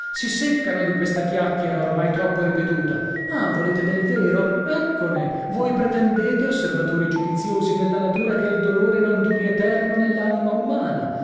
si seccano di questa chiacchiera oramai troppo ripetuta ah volete del vero eccone voi pretendete osservatori giudiziosi della natura che il dolore non duri eterno nell'anima umana